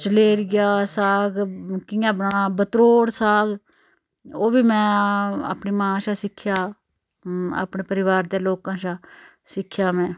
चलेरिया साग कियां बनाना बतरोड़ साग ओह् बी में अपनी मां कशा सिक्खेआ अपने परिवार दे लोकां शा सिक्खेआ में